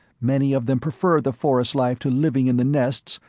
many of them prefer the forest life to living in the nests,